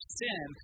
sin